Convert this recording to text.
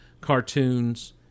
cartoons